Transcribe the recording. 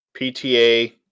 PTA